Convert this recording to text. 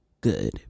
good